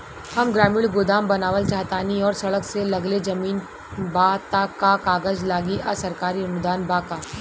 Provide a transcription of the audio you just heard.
हम ग्रामीण गोदाम बनावल चाहतानी और सड़क से लगले जमीन बा त का कागज लागी आ सरकारी अनुदान बा का?